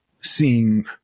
seeing